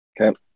Okay